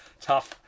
tough